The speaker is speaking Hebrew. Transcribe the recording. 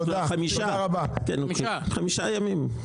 חמישה ימים.